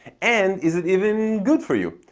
and is it even good for you?